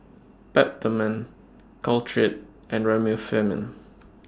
Peptamen Caltrate and Remifemin